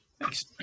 Thanks